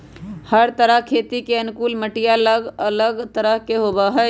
हर तरह खेती के अनुकूल मटिया अलग अलग तरह के होबा हई